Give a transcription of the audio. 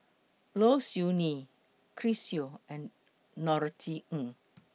Low Siew Nghee Chris Yeo and Norothy Ng